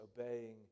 obeying